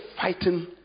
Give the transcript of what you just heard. fighting